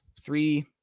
Three